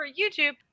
YouTube